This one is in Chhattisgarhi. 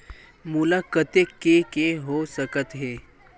मोला कतेक के के हो सकत हे?